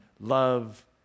love